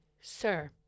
sir